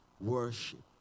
worship